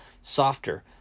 softer